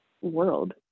world